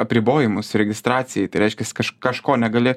apribojimus registracijai tai reiškias kaž kažko negali